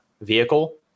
vehicle